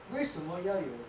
为什么要有